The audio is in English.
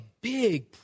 big